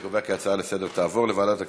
אני קובע כי ההצעה לסדר-היום תעבור לוועדת הכספים.